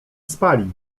spali